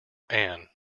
anne